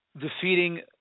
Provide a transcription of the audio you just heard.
defeating